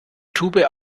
tube